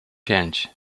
pięć